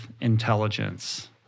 intelligence